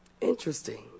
Interesting